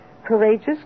courageous